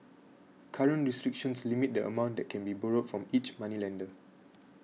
current restrictions limit the amount that can be borrowed from each moneylender